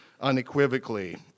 unequivocally